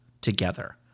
together